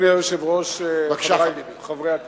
אדוני היושב-ראש, חברי חברי הכנסת,